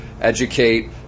educate